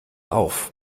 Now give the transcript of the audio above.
auf